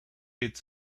its